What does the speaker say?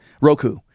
Roku